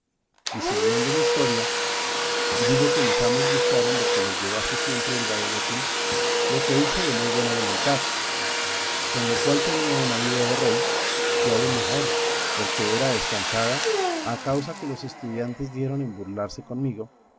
y siguiendo mi historia digo que mis amos gustaron de que les llevase siempre el vademécum lo que hice de muy buena voluntad con lo cual tenía una vida de rey y aun mejor porque era descansada a causa que los estudiantes dieron en burlarse conmigo